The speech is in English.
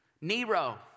Nero